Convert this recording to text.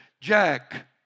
Jack